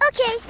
Okay